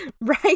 right